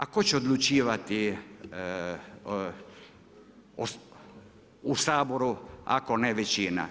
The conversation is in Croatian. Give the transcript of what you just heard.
A tko će odlučivati u Saboru ako ne većina?